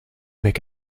make